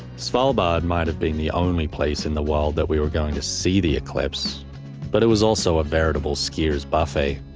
svalbard might have been the only place in the world that we were going to see the eclipse but it was also a veritable skier's buffet.